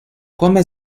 come